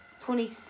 twenty-